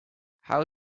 how